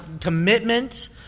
commitment